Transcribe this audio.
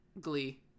glee